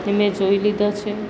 તે મેં જોઈ લીધા છે